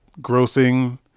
grossing